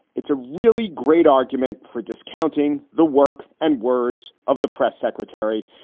it's a really great argument for discounting the work and words of the press secretary.